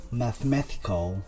mathematical